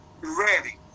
ready